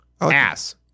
Ass